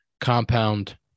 compound